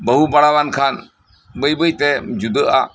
ᱵᱟᱦᱩ ᱵᱟᱲᱟᱣᱟᱱ ᱠᱷᱟᱱ ᱵᱟᱹᱭ ᱵᱟᱹᱭᱛᱮᱢ ᱡᱩᱫᱟᱹᱜᱼᱟ